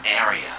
area